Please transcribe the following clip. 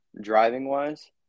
driving-wise